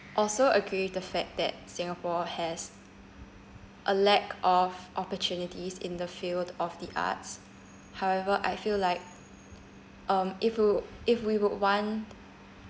also agree the fact that singapore has a lack of opportunities in the field of the arts however I feel like um if you if we would want